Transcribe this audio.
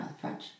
French